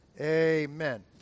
amen